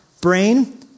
brain